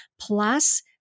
Plus